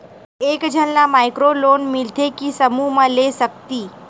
एक झन ला माइक्रो लोन मिलथे कि समूह मा ले सकती?